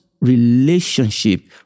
relationship